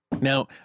Now